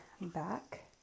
back